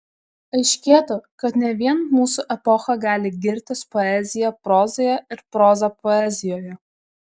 aiškėtų kad ne vien mūsų epocha gali girtis poezija prozoje ir proza poezijoje